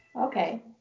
Okay